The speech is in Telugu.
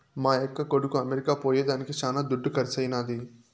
మా యక్క కొడుకు అమెరికా పోయేదానికి శానా దుడ్డు కర్సైనాది